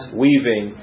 weaving